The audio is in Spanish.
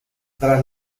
tras